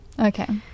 okay